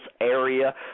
area